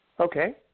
Okay